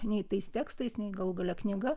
nei tais tekstais nei galų gale knyga